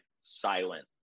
silent